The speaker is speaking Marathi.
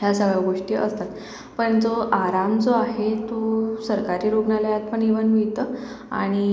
या सर्व गोष्टी असतात पण जो आराम जो आहे तो सरकारी रुग्णालयात पण इव्हन मिळतं आणि